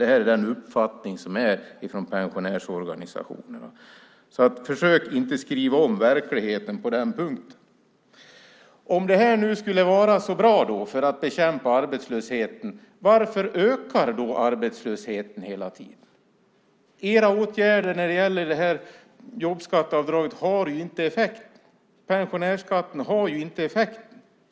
Det här är den uppfattning som finns i pensionärsorganisationerna. Försök inte skriva om verkligheten på den punkten! Om detta skulle vara så bra för att bekämpa arbetslösheten, undrar jag: Varför ökar då arbetslösheten? Era åtgärder i form av jobbskatteavdraget ger inte effekt. Pensionärsskatten ger inte någon effekt.